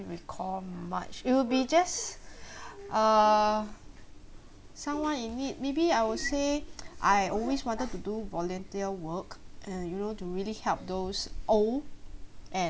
recall much it'll be just a someone you need maybe I would say I always wanted to do volunteer work uh you know to really help those old and